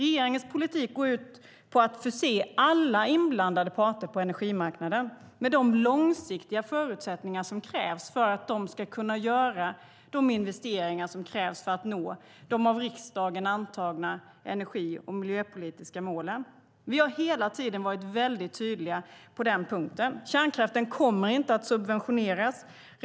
Regeringens politik går ut på att förse alla inblandade parter på energimarknaden med de långsiktiga förutsättningar som krävs för att de ska kunna göra nödvändiga investeringar för att nå de av riksdagen antagna energi och miljöpolitiska målen. Kärnkraften kommer inte att subventioneras.